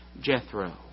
Jethro